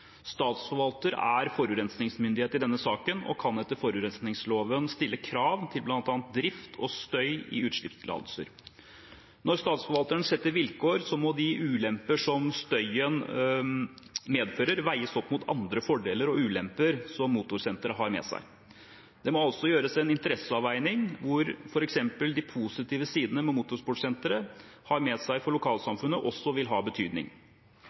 er forurensningsmyndighet i denne saken og kan etter forurensningsloven stille krav til bl.a. drift og støy i utslippstillatelser. Når Statsforvalteren setter vilkår, må de ulemper som støyen medfører, veies opp mot andre fordeler og ulemper som motorsenteret har med seg. Det må også gjøres en interesseavveining, hvor f.eks. de positive sidene motorsportsenteret har med seg for lokalsamfunnet, også vil ha betydning.